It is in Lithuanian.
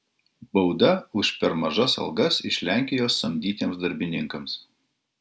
bauda už per mažas algas iš lenkijos samdytiems darbininkams